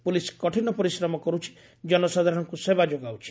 police କଠିନ ପରିଶ୍ରମ କରୁଛି କନସାଧାରରଙ୍ଙୁ ସେବା ଯୋଗାଉଛି